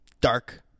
Dark